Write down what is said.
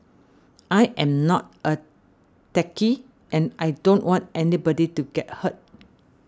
I am not a techie and I don't want anybody to get hurt